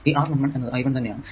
ഈ R11 എന്നത് i1 തന്നെ ആണ്